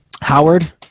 Howard